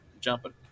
jumping